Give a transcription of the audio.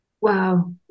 Wow